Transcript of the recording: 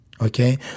okay